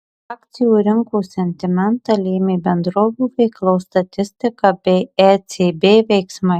akcijų rinkų sentimentą lėmė bendrovių veiklos statistika bei ecb veiksmai